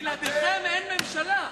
בלעדיכם אין ממשלה,